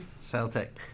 Celtic